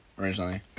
originally